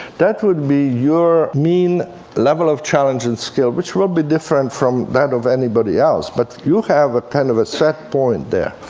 that would be your mean level of challenge and skill, which will be different from that of anybody else. but you have a kind of a set point there,